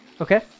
Okay